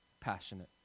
passionate